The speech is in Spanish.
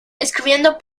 escribiendo